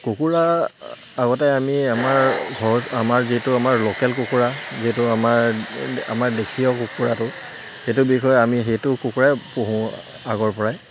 কুকুৰা আগতে আমি আমাৰ ঘৰত আমাৰ যিটো আমাৰ লোকেল কুকুৰা যিটো আমাৰ আমাৰ দেশীয় কুকুৰাটো সেইটোৰ বিষয়ে আমি সেইটো কুকুৰাই পোহো আগৰ পৰাই